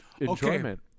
enjoyment